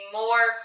more